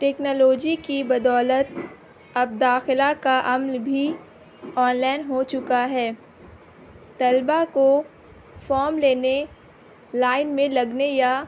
technology کی بدولت اب داخلہ کا عمل بھی آن لائن ہو چکا ہے طلبہ کو فام لینے لائن میں لگنے یا